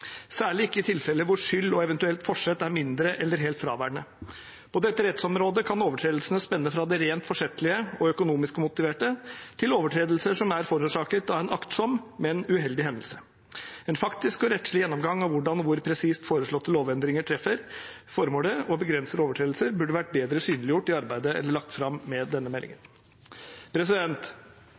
særlig ikke i tilfeller hvor skyld og eventuelt forsett er mindre eller helt fraværende. På dette rettsområdet kan overtredelsene spenne fra det rent forsettlige og økonomisk motiverte til overtredelser som er forårsaket av en aktsom, men uheldig hendelse. En faktisk og rettslig gjennomgang av hvordan og hvor presist foreslåtte lovendringer treffer formålet og begrenser overtredelser, burde vært bedre synliggjort i arbeidet eller lagt fram med denne meldingen.